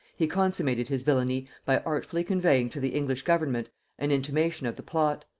he consummated his villany by artfully conveying to the english government an intimation of the plot.